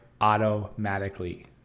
automatically